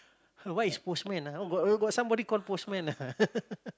what is postman ah oh got oh got somebody called postman ah